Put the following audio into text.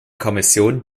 kommission